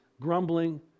grumbling